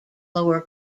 lower